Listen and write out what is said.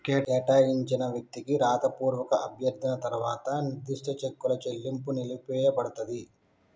కేటాయించిన వ్యక్తికి రాతపూర్వక అభ్యర్థన తర్వాత నిర్దిష్ట చెక్కుల చెల్లింపు నిలిపివేయపడతది